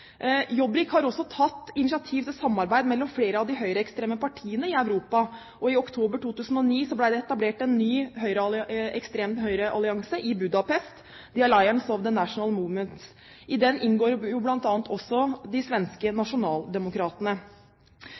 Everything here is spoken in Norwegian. Jobbik har også tatt initiativ til samarbeid mellom flere av de høyreekstreme partiene i Europa. I oktober 2009 ble det i Budapest etablert en ny ekstrem høyreallianse, The Alliance of National Movements. I den inngår bl.a. også de svenske